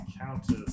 Countess